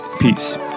Peace